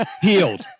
Healed